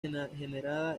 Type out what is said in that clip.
generada